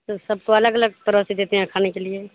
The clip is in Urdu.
تو سب کو الگ الگ طرح سے دیتے ہیں کھانے کے لیے